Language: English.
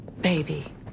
Baby